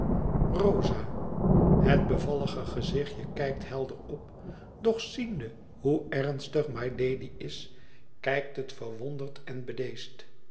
rosa het bevallige gezichtje kijkt helder op doch ziende hoe ernstig mylady is kijkt het verwonderd en bedeesd